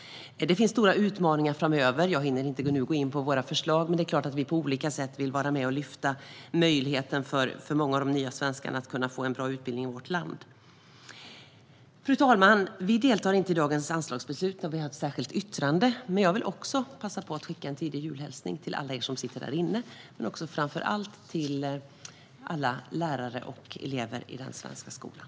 Det finns stora utmaningar framöver. Jag hinner inte gå in på våra förslag nu. Men vi vill såklart vara med och lyfta fram möjligheter för att många av de nya svenskarna ska kunna få en bra utbildning i vårt land. Fru talman! Vi deltar inte i dagens anslagsbeslut. Men vi har lämnat ett särskilt yttrande. Jag vill passa på och skicka en tidig julhälsning till alla som sitter här i kammaren men framför allt till alla lärare och elever i den svenska skolan.